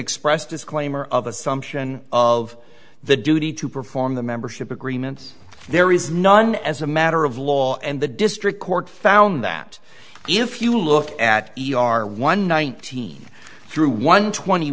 expressed disclaimer of assumption of the duty to perform the membership agreements there is none as a matter of law and the district court found that if you look at e r one nineteen through one twenty